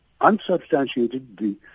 unsubstantiated